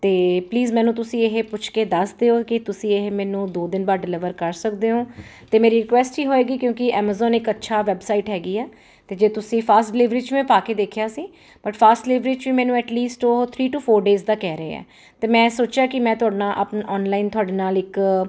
ਅਤੇ ਪਲੀਜ਼ ਮੈਨੂੰ ਤੁਸੀਂ ਇਹ ਪੁੱਛ ਕੇ ਦੱਸ ਦਿਓ ਕਿ ਤੁਸੀਂ ਇਹ ਮੈਨੂੰ ਦੋ ਦਿਨ ਬਾਅਦ ਡਿਲੀਵਰ ਕਰ ਸਕਦੇ ਹੋ ਅਤੇ ਮੇਰੀ ਰਿਕੁਐਸਟ ਹੀ ਹੋਏਗੀ ਕਿਉਂਕਿ ਐਮਜ਼ੋਨ ਇੱਕ ਅੱਛਾ ਵੈਬਸਾਈਟ ਹੈਗੀ ਹੈ ਅਤੇ ਜੇ ਤੁਸੀਂ ਫਾਸਟ ਡਿਲੀਵਰੀ 'ਚ ਮੈਂ ਪਾ ਕੇ ਦੇਖਿਆ ਸੀ ਪਰ ਫਾਸਟ ਡਿਲੀਵਰੀ 'ਚ ਮੈਨੂੰ ਐਟ ਲੀਸਟ ਉਹ ਥਰੀ ਟੂ ਫੌਰ ਡੇਅਸ ਦਾ ਕਹਿ ਰਹੈ ਹੈ ਅਤੇ ਮੈਂ ਸੋਚਿਆ ਕਿ ਮੈਂ ਤੁਹਾਡੇ ਨਾਲ ਆਪਣਾ ਆਨਲਾਈਨ ਤੁਹਾਡੇ ਨਾਲ ਇੱਕ